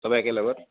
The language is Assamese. সবে একেলগত